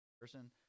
person